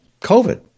COVID